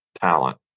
talent